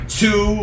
two